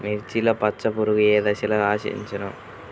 మిర్చిలో పచ్చ పురుగు ఏ దశలో ఆశించును?